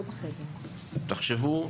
תחשבו,